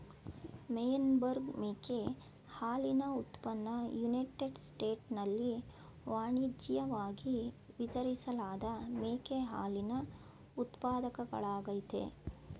Meyenberg ಮೇಕೆ ಹಾಲಿನ ಉತ್ಪನ್ನ ಯುನೈಟೆಡ್ ಸ್ಟೇಟ್ಸ್ನಲ್ಲಿ ವಾಣಿಜ್ಯಿವಾಗಿ ವಿತರಿಸಲಾದ ಮೇಕೆ ಹಾಲಿನ ಉತ್ಪಾದಕಗಳಾಗಯ್ತೆ